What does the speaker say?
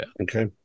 Okay